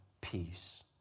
peace